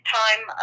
time